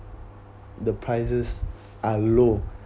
the prices are low